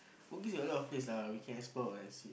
bugis a lot of place lah we can explore and see